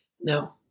no